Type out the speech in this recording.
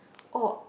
oh